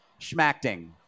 schmacting